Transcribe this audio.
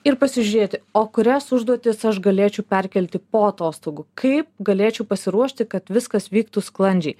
ir pasižiūrėti o kurias užduotis aš galėčiau perkelti po atostogų kaip galėčiau pasiruošti kad viskas vyktų sklandžiai